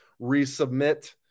resubmit